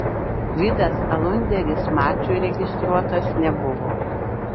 vidas alunderis mačui registruotas nebuvo